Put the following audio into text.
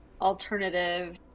alternative